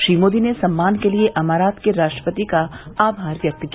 श्री मोदी ने सम्मान के लिए अमारात के राष्ट्रपति का आभार व्यक्त किया